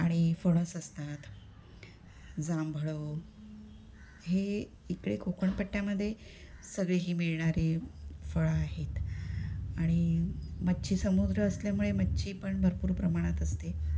आणि फणस असतात जाांभळं हे इकडे कोकणपट्ट्यामध्ये सगळे ही मिळणारे फळं आहेत आणि मच्छी समुद्र असल्यामुळे मच्छी पण भरपूर प्रमाणात असते